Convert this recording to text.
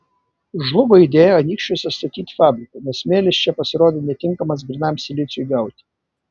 žlugo idėja anykščiuose statyti fabriką nes smėlis čia pasirodė netinkamas grynam siliciui gauti